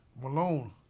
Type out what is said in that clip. Malone